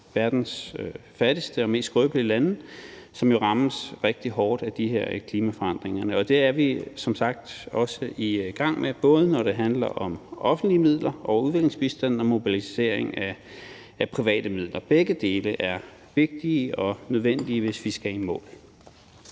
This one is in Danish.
verdens fattigste og skrøbeligste lande, som jo rammes rigtig hårdt af de her klimaforandringer. Og det er vi som sagt også allerede i gang med, både når det handler om offentlige midler og udviklingsbistanden og mobiliseringen af private midler. Begge dele er vigtige og nødvendige, hvis vi skal i mål.